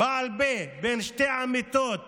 בעל פה בין שתי עמיתות